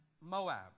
Moab